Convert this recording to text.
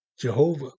Jehovah